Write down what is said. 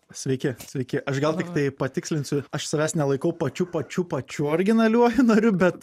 sveiki sveiki aš gal tiktai patikslinsiu aš savęs nelaikau pačiu pačiu pačiu originaliuoju nariu bet